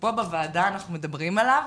שפה בוועדה אנחנו מדברים עליו,